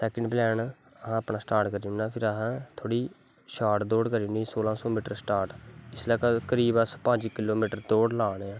second plan असैं अपना start करी ओड़ना फिर असैं थोह्ड़ी शार्ट दौड़ करी ओड़ना सोलांह सौ मीटर स्टार्ट इसलै करीब अस पंज किलो मीटर दौड़ लाने